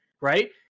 Right